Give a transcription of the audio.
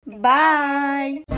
Bye